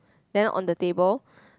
then on the table